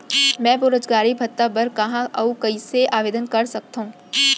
मैं बेरोजगारी भत्ता बर कहाँ अऊ कइसे आवेदन कर सकत हओं?